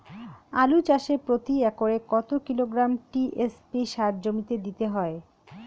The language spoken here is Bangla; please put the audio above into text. আলু চাষে প্রতি একরে কত কিলোগ্রাম টি.এস.পি সার জমিতে দিতে হয়?